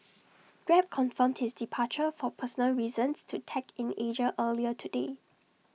grab confirmed his departure for personal reasons to tech in Asia earlier today